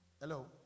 Hello